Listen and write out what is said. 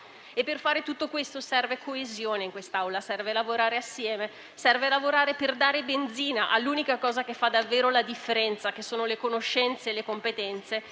Per fare tutto questo serve coesione in quest'Assemblea, serve lavorare assieme, per dare benzina all'unica cosa che fa davvero la differenza, che sono le conoscenze e le competenze,